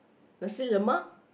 nasi-lemak